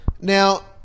Now